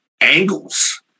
angles